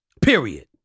Period